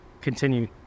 continue